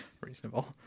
Reasonable